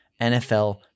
NFL